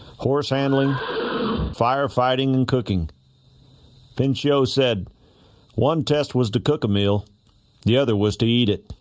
horse handling firefighting and cooking pinchot said one test was to cook a meal the other was to eat it